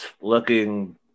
looking